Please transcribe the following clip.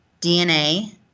DNA